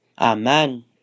Amen